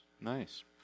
Nice